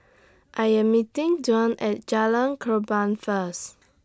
I Am meeting Dwain At Jalan Korban First